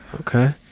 Okay